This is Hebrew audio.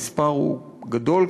המספר הוא גדול,